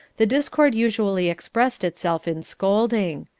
the discord usually expressed itself in scolding.